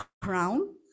crown